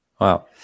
Wow